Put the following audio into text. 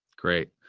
great.